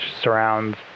surrounds